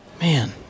Man